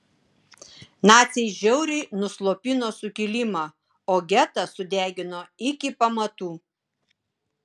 naciai žiauriai nuslopino sukilimą o getą sudegino iki pamatų